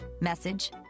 message